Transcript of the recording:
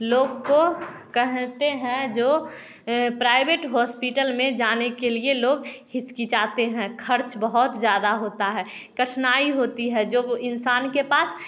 लोग को कहते हैं जो प्राइवेट होस्पिटल में जाने के लिए लोग हिचकिचाते हैं खर्च बहुत ज्यादा होता है कठिनाई होती है जो इंसान के पास